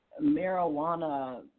marijuana